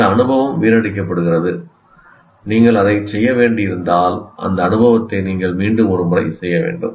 அந்த அனுபவம் வீணடிக்கப்படுகிறது நீங்கள் அதைச் செய்ய வேண்டியிருந்தால் அந்த அனுபவத்தை நீங்கள் மீண்டும் ஒரு முறை செய்ய வேண்டும்